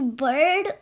bird